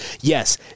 yes